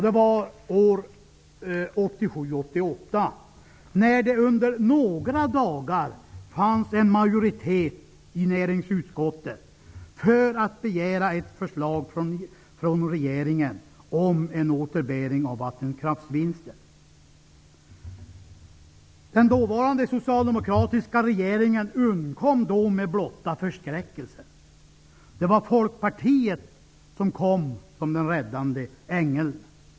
Det var 1987/88 års riksmöte, då det under några dagar fanns en majoritet i näringsutskottet för att begära ett förslag från regeringen om en återbäring av vattenkraftsvinster. Den dåvarande socialdemokratiska regeringen undkom då med blotta förskräckelsen. Folkpartiet kom som den räddande ängeln.